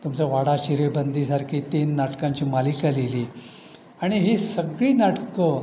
तुमचं वाडा चिरेबंदीसारखी तीन नाटकांची मालिका लिहिली आणि ही सगळी नाटकं